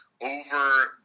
over